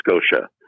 Scotia